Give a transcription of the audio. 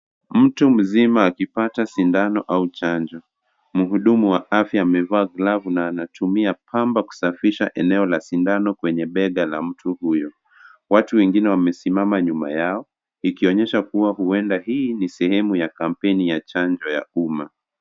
Mtu mzima akipata sindano au chanjo, mhudumu wa afya amevaa glavu na anatumia pamba kusafisha eneo la sindano kwenye bega la mtu huyo, watu wengine wamesimama nyuma yao ikionyesha kuwa huenda hii ni sehumu ya kampeni ya chanjo ya uma.